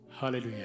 Hallelujah